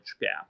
gap